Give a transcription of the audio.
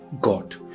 God